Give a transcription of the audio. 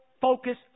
focus